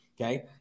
Okay